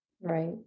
Right